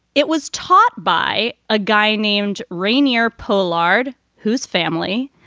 it was taught by a guy named rainier po lard, whose family,